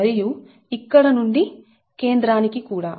మరియు ఇక్కడ నుండి కేంద్రానికి కూడా